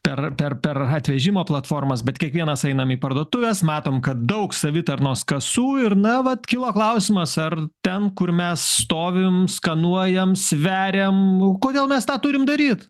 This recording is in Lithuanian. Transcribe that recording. per ar per atvežimo platformas bet kiekvienas einam į parduotuves matom kad daug savitarnos kasų ir na vat kyla klausimas ar ten kur mes stovim skanuojam sveriam kodėl mes tą turim daryt